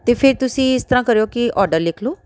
ਤਾਂ ਫਿਰ ਤੁਸੀਂ ਇਸ ਤਰ੍ਹਾਂ ਕਰਿਓ ਕਿ ਔਡਰ ਲਿਖ ਲਓ